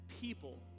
people